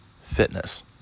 fitness